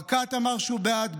ברקת אמר שהוא בעד,